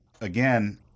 again